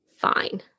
fine